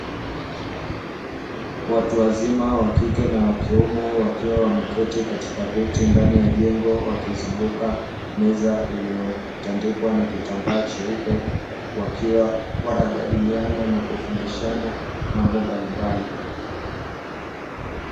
Watu wazima wa kike na wa kiume wakiwa wameketi katika viti ndani ya jengo wakizunguka meza iliyotandikwa na kitambaa cheupe, wakiwa wanajadiliana na kufundishana mambo mbalimbali.